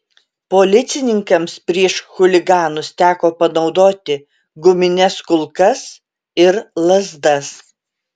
policininkams prieš chuliganus teko panaudoti gumines kulkas ir lazdas